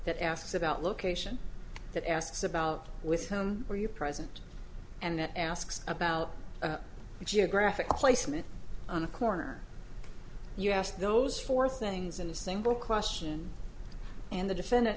that asks about location that asks about with whom are you present and asks about the geographic placement on the corner you asked those four things in a single question and the defendant